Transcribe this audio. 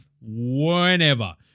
whenever